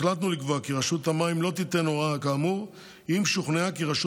החלטנו לקבוע כי רשות המים לא תיתן הוראה כאמור אם שוכנעה כי רשות